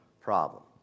problem